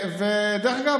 דרך אגב,